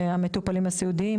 המטופלים הסיעודיים,